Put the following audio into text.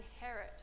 inherit